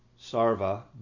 Sarva